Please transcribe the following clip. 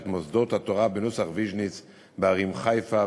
מוסדות התורה בנוסח ויז'ניץ בערים חיפה,